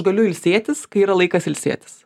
galiu ilsėtis kai yra laikas ilsėtis